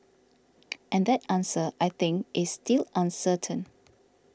and that answer I think is till uncertain